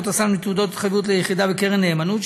הסל מתעודת התחייבות ליחידה בקרן נאמנות,